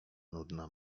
nudna